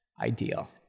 ideal